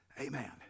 Amen